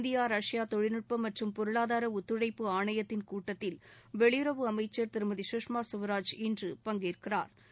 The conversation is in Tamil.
இந்தியா ரஷ்யா தொழில் நுட்ப மற்றும் பொருளாதார ஒத்துழைப்பு ஆணையத்தின் கூட்டத்தில் வெளியுறவு அமைச்சர் திருமதி சுஷ்மா சுவராஜ் இன்று பங்கேற்கிறாா்